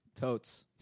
totes